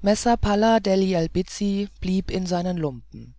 messer palla degli albizzi blieb in seinen lumpen